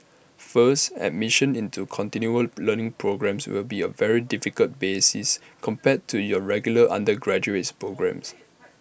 first admission into continual learning programmes will be A very different basis compared to your regular undergraduates programmes